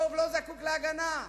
הרוב לא זקוק להגנה,